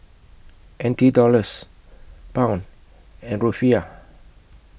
N T Dollars Pound and Rufiyaa